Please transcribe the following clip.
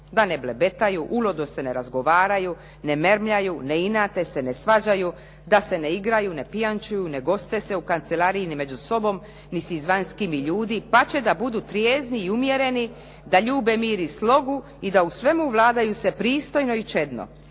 da ne blebetaju, uludo se ne razgovaraju, ne mermljaju se, ne inate se, ne svađaju, da se ne igraju, ne pijančuju, ne goste se u kancelariji ni među sobom, ni sa izvanjskim ljudi pa će da budu trijezni i umjereni, da ljube mir i slogu i da u svemu vladaju se pristojno i čedno.